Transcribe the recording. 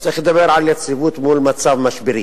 צריך לדבר על יציבות מול מצב משברי.